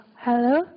hello